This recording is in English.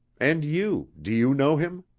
and you, do you know him?